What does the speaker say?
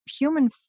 human